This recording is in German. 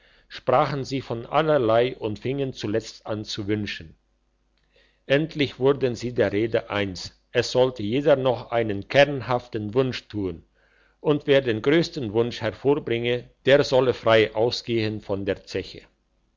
sprachen sie von allerlei und fingen zuletzt an zu wünschen endlich wurden sie der rede eins es sollte jeder noch einen kernhaften wunsch tun und wer den grössten wunsch hervorbringe der soll frei ausgehen an der zeche